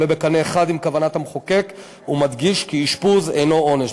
עולה בקנה אחד עם כוונת המחוקק ומדגיש כי אשפוז אינו עונש.